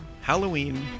Halloween